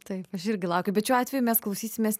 taip aš irgi laukiu bet šiuo atveju mes klausysimės